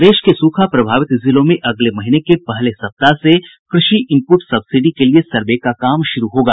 प्रदेश के सूखा प्रभावित जिलों में अगले महीने के पहले सप्ताह से कृषि इनपुट सब्सिडी के लिए सर्वे का काम शुरू होगा